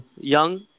Young